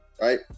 Right